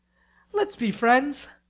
let's be friends.